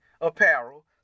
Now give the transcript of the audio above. apparel